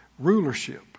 rulership